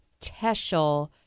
Teschel